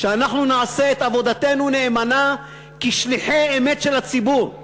שאנחנו נעשה את עבודתנו נאמנה כשליחי אמת של הציבור,